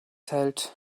hält